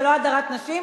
זה לא הדרת נשים,